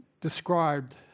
described